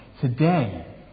today